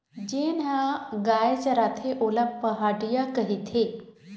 जेन ह गाय चराथे ओला पहाटिया कहिथे